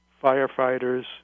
firefighters